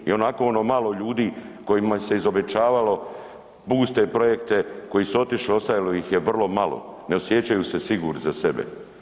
I onako ono malo ljudi kojima se izobećavalo puste projekte koji su otišli, ostalo ih je vrlo malo, ne osjećaju se sigurni za sebe.